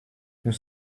nous